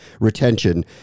retention